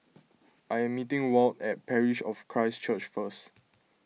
I am meeting Walt at Parish of Christ Church first